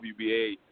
WBA